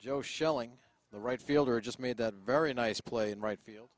joe shelling the right fielder just made that very nice play in right field